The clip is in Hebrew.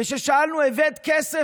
וכששאלנו: הבאת כסף?